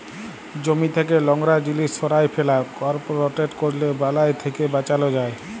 জমি থ্যাকে লংরা জিলিস সঁরায় ফেলা, করপ রটেট ক্যরলে বালাই থ্যাকে বাঁচালো যায়